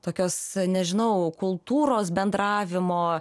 tokios nežinau kultūros bendravimo